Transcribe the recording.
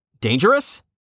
Dangerous